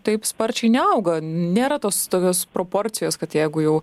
taip sparčiai neauga nėra tos tokios proporcijos kad jeigu jau